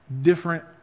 different